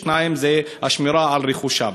2. השמירה על רכושם.